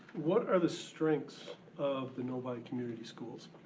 what are the strengths of the novi community schools?